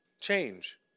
change